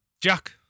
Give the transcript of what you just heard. Jack